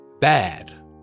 bad